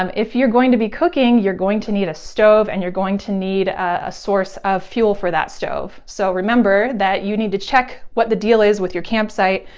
um if you're going to be cooking, you're going to need a stove and you're going to need a source of fuel for that stove. so remember that you need to check what the deal is with your campsite,